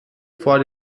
vor